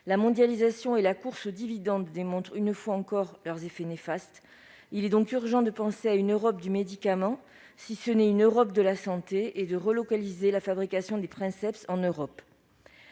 La mondialisation et la course aux dividendes démontrent une fois encore leurs effets néfastes. Il est donc urgent de penser à une Europe du médicament, si ce n'est à une Europe de la santé, et de relocaliser la fabrication des princepsen Europe.